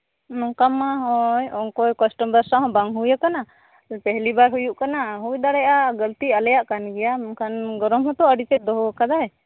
ᱱᱚᱝᱠᱟᱢᱟ ᱱᱚᱜᱼᱚᱭ ᱚᱠᱚᱭ ᱠᱟᱥᱴᱚᱢᱟᱨ ᱥᱟᱶ ᱦᱚᱸ ᱵᱟᱝ ᱦᱩᱭ ᱟᱠᱟᱱᱟ ᱯᱮᱦᱞᱤ ᱵᱟᱨ ᱦᱩᱭᱩᱜ ᱠᱟᱱᱟ ᱦᱩᱭ ᱫᱟᱲᱮᱭᱟᱜᱼᱟ ᱜᱟᱹᱞᱛᱤ ᱟᱞᱮᱭᱟᱜ ᱠᱟᱱ ᱜᱮᱭᱟ ᱢᱮᱱᱠᱷᱟᱱ ᱜᱚᱨᱚᱢ ᱦᱚᱛᱚ ᱟᱹᱰᱤ ᱛᱮᱫ ᱫᱚᱦᱚ ᱟᱠᱟᱫᱟᱭ